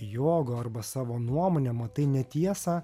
jogo arba savo nuomone matai netiesą